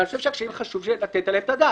ואני חושב שהקשיים, חשוב לתת עליהם את הדעת.